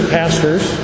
pastors